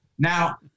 Now